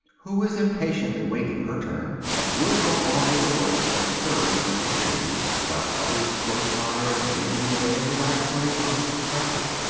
who is impatiently waiting her turn, and will go on with the work that a third will continue, while others close by are digging away at the wax on the opposite side.